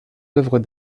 œuvres